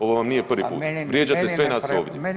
Ovo vam nije prvi put, vrijeđate sve nas ovdje.